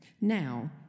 Now